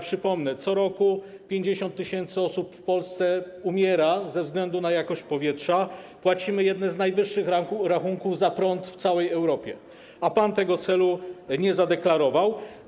Przypomnę: co roku 50 tys. osób w Polsce umiera ze względu na jakość powietrza, płacimy jedne z najwyższych rachunków za prąd w całej Europie, a pan tego celu nie zadeklarował.